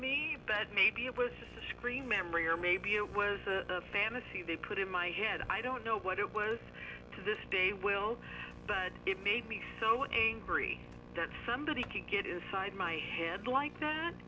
that maybe it was just a scream memory or maybe it was a fantasy they put in my head i don't know what it was to this day will it make me so angry that somebody can get inside my head like that